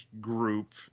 group